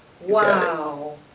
Wow